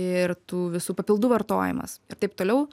ir tų visų papildų vartojimas ir taip toliau